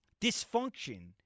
dysfunction –